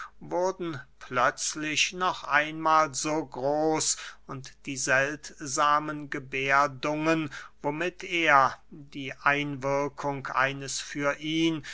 wurden plötzlich noch einmahl so groß und die seltsamen geberdungen womit er die einwirkung eines für ihn